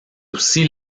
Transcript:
aussi